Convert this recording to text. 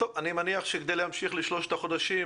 אני מניח שכדי להמשיך לשלושת החודשים,